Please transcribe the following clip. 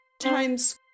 Times